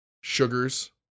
sugars